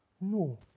No